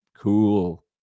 Cool